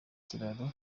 kiraro